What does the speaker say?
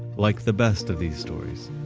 like the best of these stories.